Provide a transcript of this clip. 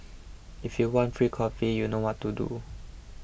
if you want free coffee you know what to do